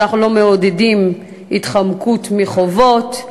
אנחנו לא מעודדים התחמקות מחובות,